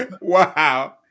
Wow